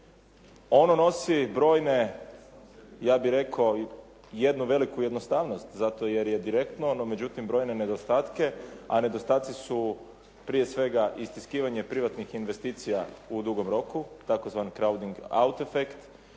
Ono nosi brojne ja bih rekao jednu veliku jednostavnost, zato jer je direktno. Međutim brojne nedostatke, a nedostaci su prije svega istiskivanje privatnih investicija u dugom roku tzv. … /Govornik se